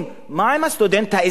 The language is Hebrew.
מה עם הסטודנט האזרח,